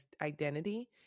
identity